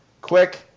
quick